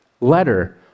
letter